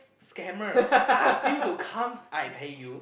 scammer ask you to come I pay you